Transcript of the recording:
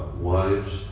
wives